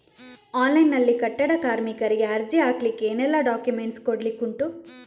Online ನಲ್ಲಿ ಕಟ್ಟಡ ಕಾರ್ಮಿಕರಿಗೆ ಅರ್ಜಿ ಹಾಕ್ಲಿಕ್ಕೆ ಏನೆಲ್ಲಾ ಡಾಕ್ಯುಮೆಂಟ್ಸ್ ಕೊಡ್ಲಿಕುಂಟು?